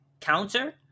counter